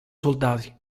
soldati